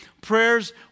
Prayers